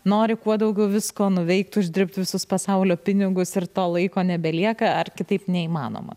nori kuo daugiau visko nuveikt uždirbt visus pasaulio pinigus ir to laiko nebelieka ar kitaip neįmanoma